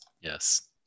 Yes